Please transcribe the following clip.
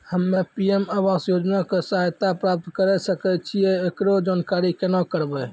हम्मे पी.एम आवास योजना के सहायता प्राप्त करें सकय छियै, एकरो जानकारी केना करबै?